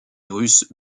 russe